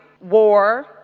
war